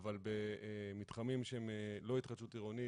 אבל במתחמים שהם לא התחדשות עירונית,